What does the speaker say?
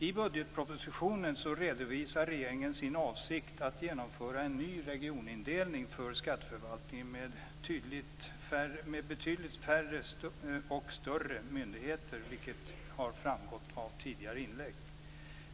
I budgetpropositionen redovisar regeringen sin avsikt att genomföra en ny regionindelning för skatteförvaltningen med betydligt färre och större myndigheter, vilket har framgått av tidigare inlägg.